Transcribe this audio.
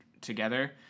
together